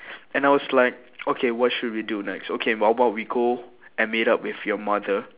and I was like okay what should we do next okay how about we go and meet up with your mother